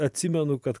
atsimenu kad